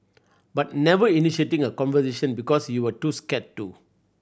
but never initiating a conversation because you were too scared to